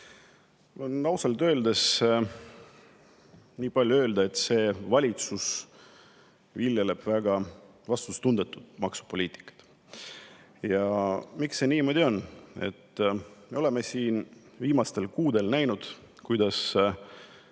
Ausalt öeldes on nii palju öelda. See valitsus viljeleb väga vastutustundetut maksupoliitikat. Ja miks see niimoodi on? Me oleme viimastel kuudel näinud, kuidas tõstetakse